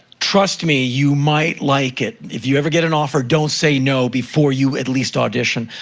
trust me, you might like it. if you ever get an offer, don't say no before you at least audition.